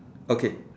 okay